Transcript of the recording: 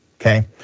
okay